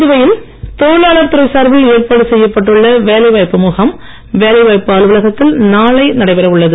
புதுவையில் தொழிலாளர் துறை சார்பில் ஏற்பாடு செய்யப்பட்டுள்ள வேலை வாய்ப்பு முகாம் வேலை வாய்ப்பு அலுவலகத்தில் நாளை நடைபெற உள்ளது